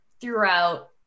throughout